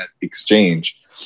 exchange